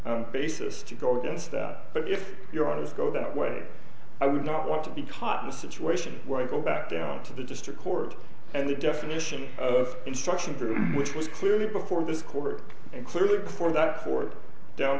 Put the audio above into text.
any basis to go against that but if your eyes go that way i would not want to be caught in the situation where you go back down to the district court and the definition of instruction which was clearly before this court and clearly before that for down